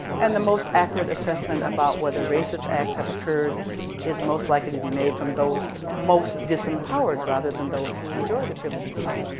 and the most accurate assessment about whether racist acts have occurred is most likely to be made from those most disempowered rather than those who enjoy the privilege of power,